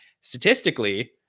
statistically